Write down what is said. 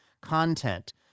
content